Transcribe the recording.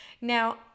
Now